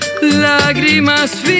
Lágrimas